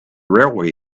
railway